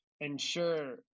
ensure